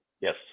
Yes